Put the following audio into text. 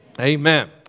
Amen